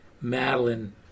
Madeline